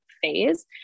phase